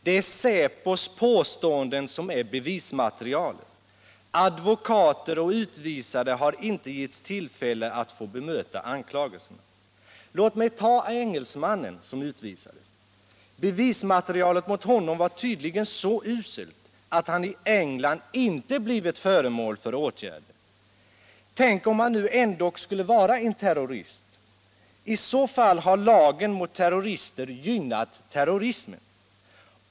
Det är Säpos påståenden som är bevismaterialet. De utvisade och deras advokater har inte givits tillfälle att bemöta anklagelserna. Låt mig som ett exempel ta den utvisade engelsmannen. Bevismaterialet mot honom var tydligen så uselt att han i England inte har blivit föremål för åtgärder. Men tänk om han nu ändå skulle vara en terrorist! I så fall har lagen mot terrorister gynnat terrorismen.